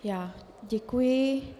Já děkuji.